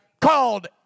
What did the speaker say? called